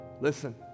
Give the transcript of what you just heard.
Listen